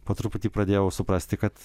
po truputį pradėjau suprasti kad